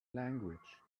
language